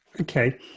Okay